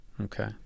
Okay